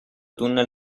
tunnel